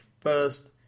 first